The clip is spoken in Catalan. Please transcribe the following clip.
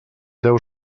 deu